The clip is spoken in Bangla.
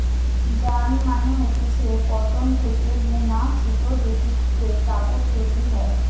যার্ন মানে হতিছে কটন থেকে বুনা সুতো জেটিতে কাপড় তৈরী হয়